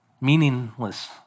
meaningless